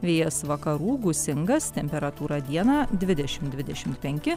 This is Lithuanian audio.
vėjas vakarų gūsingas temperatūra dieną dvidešim dvidešim penki